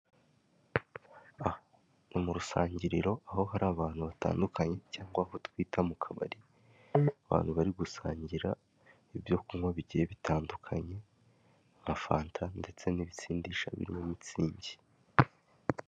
Aha ni mu rusangiriro, aho hari abantu batandukanye cyangwa aho twita mukabari; abantu bari gusangira ibyo kunywa bigiye bitandukanye nka fanta ndetse n'ibisindisha birimo mitsingi.